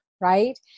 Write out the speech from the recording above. right